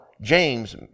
James